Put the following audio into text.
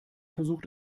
versucht